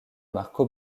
marco